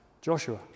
Joshua